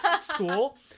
school